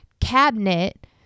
cabinet